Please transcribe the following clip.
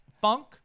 funk